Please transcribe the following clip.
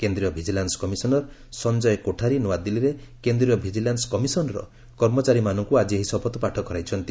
କେନ୍ଦ୍ରୀୟ vigilance commissioner Sanjay Kothari ନ୍ତଆଦିଲ୍ଲୀରେ କେନ୍ଦ୍ରୀୟ ଭିଜିଲାନୁ କମିଶନର କର୍ମଚାରୀମାନଙ୍କୁ ଆଜି ଏହି ଶପଥପାଠ କରାଇଛନ୍ତି